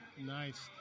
nice